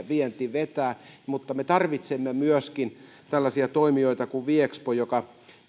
vienti vetää mutta me tarvitsemme myöskin tällaisia toimijoita kuin viexpo joka